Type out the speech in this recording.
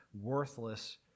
worthless